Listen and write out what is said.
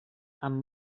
amb